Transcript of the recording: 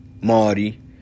Marty